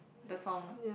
the song